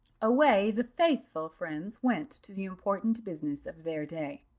away the faithful friends went to the important business of their day.